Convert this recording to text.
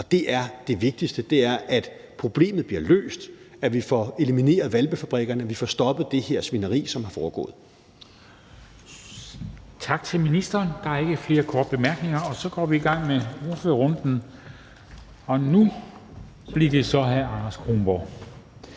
og det er det vigtigste, og det er, at problemet bliver løst, at vi får elimineret hvalpefabrikkerne, at vi får stoppet det her svineri, som er foregået. Kl. 13:57 Formanden (Henrik Dam Kristensen): Tak til ministeren. Der er ikke flere korte bemærkninger, og så går vi i gang med ordførerrunden. Og nu bliver det så hr. Anders Kronborg,